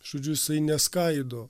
žodžiu jisai neskaido